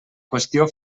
qüestió